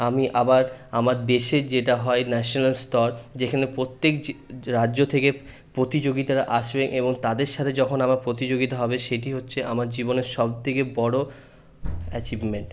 আমি আবার আমার দেশে যেটা হয় ন্যাশনাল স্তর যেখানে প্রত্যেক রাজ্য থেকে প্রতিযোগীতারা আসবে এবং তাদের সাথে যখন আমার প্রতিযোগিতা হবে সেটি হচ্ছে আমার জীবনে সবথেকে বড় অ্যাচিভমেন্ট